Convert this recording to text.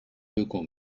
google